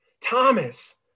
Thomas